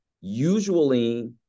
Usually